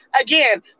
Again